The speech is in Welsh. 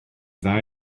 dda